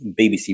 bbc